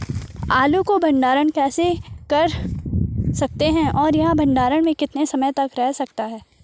आलू को भंडारण कैसे कर सकते हैं और यह भंडारण में कितने समय तक रह सकता है?